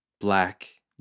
Black